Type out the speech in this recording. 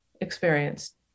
experienced